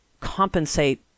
compensate